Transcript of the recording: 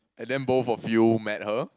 and then both of you met her